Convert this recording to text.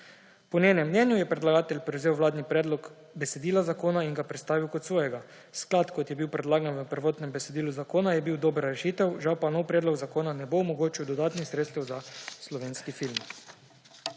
Po njenem mnenju je predlagatelj prevzel vladni predlog besedila zakona in ga predstavil kot svojega. Sklad, kot je bil predlagan v prvotnem besedilu zakona, je bil dobra rešitev, žal pa novi predlog zakona ne bo omogočil dodatnih sredstev za slovenski film.